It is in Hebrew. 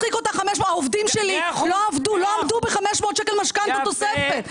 העובדים שלי לא עמדו ב-500 שקלים תוספת למשכנתה,